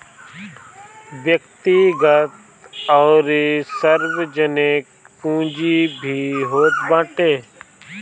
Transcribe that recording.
व्यक्तिगत अउरी सार्वजनिक पूंजी भी होत बाटे